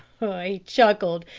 he chuckled,